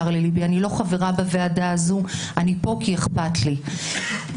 אומרים לי השוטרים אצלי בוועדה שאחרי כל דיון אצלנו